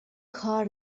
کار